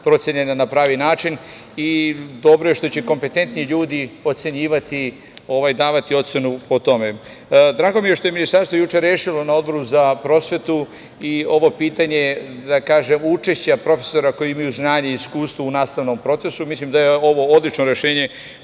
procenjena na pravi način. Dobro je što će kompetentni ljudi ocenjivati, davati ocenu o tome. Drago mi je što je Ministarstvo juče rešilo na Odboru za prosvetu i ovo pitanje učešća profesora koji imaju znanje i iskustvo u nastavnom procesu. Mislim da je ovo odlično rešenje